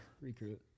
recruit